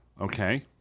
Okay